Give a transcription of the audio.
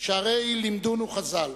שהרי לימדונו חז"ל: